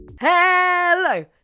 Hello